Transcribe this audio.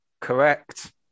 correct